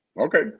Okay